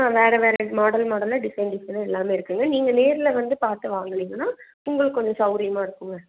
ஆ வேறு வேறு மாடல் மாடலாக டிசைன் டிசைனாக எல்லாமே இருக்குங்க நீங்கள் நேரில் வந்து பார்த்து வாங்கினீங்கன்னா உங்களுக்கு கொஞ்சம் சௌகரியமா இருக்குங்க